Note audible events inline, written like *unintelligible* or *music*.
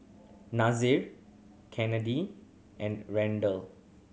Nasir *unintelligible* and Randel